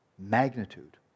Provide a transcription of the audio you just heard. magnitude